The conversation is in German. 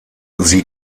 sie